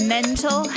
Mental